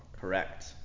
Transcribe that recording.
Correct